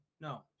No